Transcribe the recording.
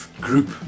group